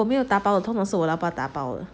我没有打包的通常是我老爸打包的